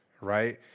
right